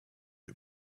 him